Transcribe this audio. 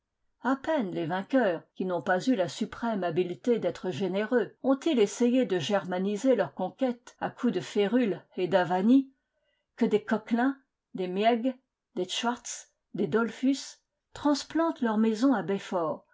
a peine les vainqueurs qui n'ont pas eu la suprême habileté d'être généreux ont-ils essayé de germaniser leur conquête à coups de férule et d'avanies que des kœchlin des mieg des schwartz des dollfus transplantent leurs maisons à belfort